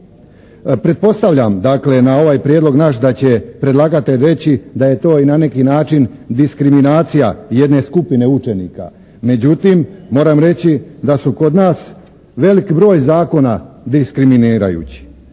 Pretpostavljam dakle na ovaj prijedlog naš da će predlagatelj reći da je to i na neki način diskriminacija jedne skupine učenika. Međutim, moram reći da su kod nas velik broj zakona diskriminirajući.